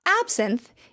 Absinthe